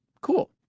cool